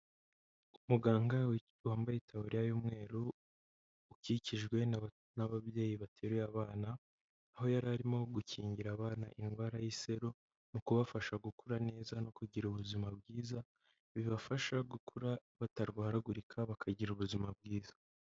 Umuganga wambaye itaburiya y'umweru ukikijwe n'ababyeyi bateruye abana, aho yari arimo gukingira abana indwara y'iseru, mu kubafasha gukura neza no kugira ubuzima bwiza, bibafasha gukura batarwaragurika bakagira ubuzima bwiza.